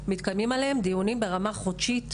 מתקיימים עליהן דיונים ברמה חודשית,